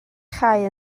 chau